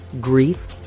grief